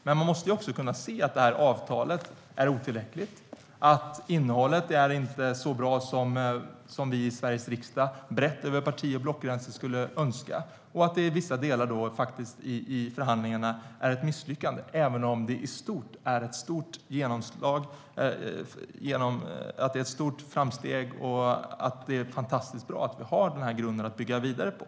Men man måste också kunna se att avtalet är otillräckligt, att innehållet inte är så bra som vi i Sveriges riksdag, brett över parti och blockgränser, skulle önska och att vissa delar av förhandlingarna faktiskt var ett misslyckande, även om det i stort är ett betydande framsteg och en fantastiskt bra grund att bygga vidare på.